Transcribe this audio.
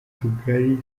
tugari